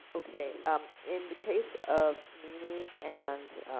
okay um in the case of meany and